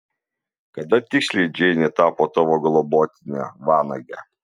kada tiksliai džeinė tapo tavo globotine vanage